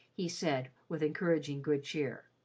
he said, with encouraging good cheer.